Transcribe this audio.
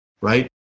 right